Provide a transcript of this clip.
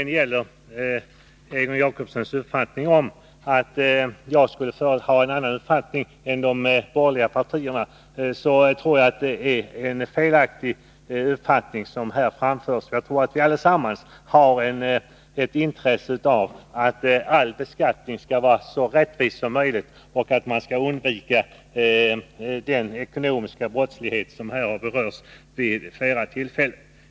När Egon Jacobsson säger att jag skulle ha en annan uppfattning än övriga ledamöter i de borgerliga partierna, tror jag att det är felaktigt. Jag tror att vi allesammans har ett intresse av att all beskattning skall vara så rättvis som möjligt och att man skall försöka komma åt den ekonomiska brottslighet som här har berörts vid flera tillfällen.